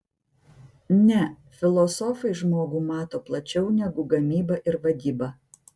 ne filosofai žmogų mato plačiau negu gamyba ir vadyba